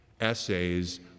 Essays